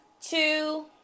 Two